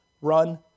Run